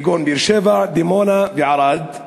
כגון באר-שבע, דימונה וערד,